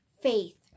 faith